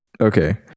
Okay